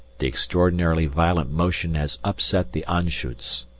the extraordinarily violent motion has upset the anschutz.